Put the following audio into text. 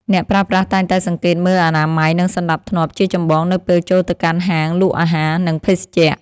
អ្នកប្រើប្រាស់តែងតែសង្កេតមើលអនាម័យ និងសណ្តាប់ធ្នាប់ជាចម្បងនៅពេលចូលទៅកាន់ហាងលក់អាហារ និងភេសជ្ជៈ។